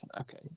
okay